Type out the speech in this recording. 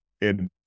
And-